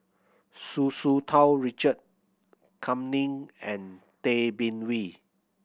Hu Tsu Tau Richard Kam Ning and Tay Bin Wee